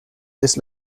this